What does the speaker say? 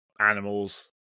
animals